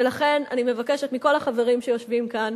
ולכן, אני מבקשת מכל החברים שיושבים כאן